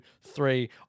three